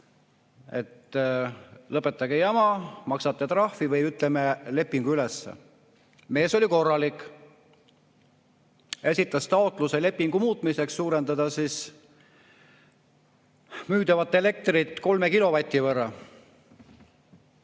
et lõpetage jama, maksate trahvi või ütleme lepingu üles. Mees oli korralik, esitas taotluse lepingu muutmiseks suurendada müüdavat elektrit 3 kilovati võrra.